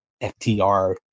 FTR